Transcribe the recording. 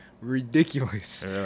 ridiculous